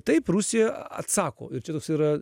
taip rusija atsako ir čia toks yra